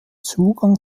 zugang